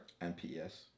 MPS